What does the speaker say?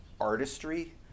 artistry